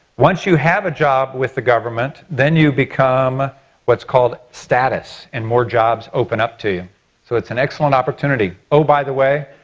once you have a job with the government, then you become what's called status and more jobs open up to you so it's an excellent opportunity. oh by the way,